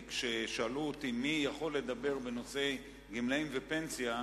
כי כששאלו אותי מי יכול לדבר בנושא גמלאים ופנסיה אמרתי: